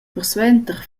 persuenter